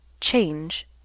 Change